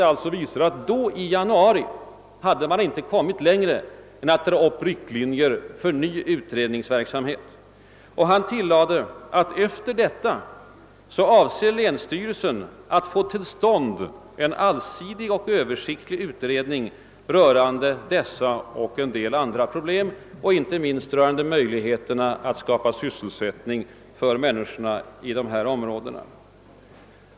Detta visar alltså att i januari hade man inte kommit längre än till att dra upp riktlinjer för ny utredningsverksamhet. Han tillade att länsstyrelsen sedan avser att få till stånd en allsidig och översiktlig utredning rörande dessa och andra problem och inte minst rörande möjligheterna att skapa sysselsättning för människorna i dessa områden.